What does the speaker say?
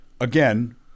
again